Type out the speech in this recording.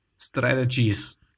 strategies